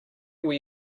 where